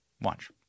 Watch